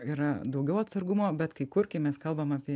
yra daugiau atsargumo bet kai kur kai mes kalbam apie